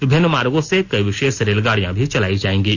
विभिन्न मार्गों से कई विशेष रेलगाड़ियां भी चलाई जाएंगी